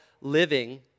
living